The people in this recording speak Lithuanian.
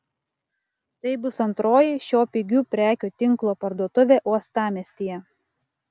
tai bus antroji šio pigių prekių tinklo parduotuvė uostamiestyje